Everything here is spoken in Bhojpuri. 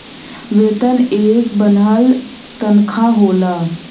वेतन एक बन्हल तन्खा होला